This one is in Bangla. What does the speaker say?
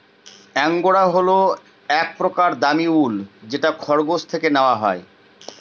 এঙ্গরা হল এক প্রকার দামী উল যেটা খরগোশ থেকে নেওয়া হয়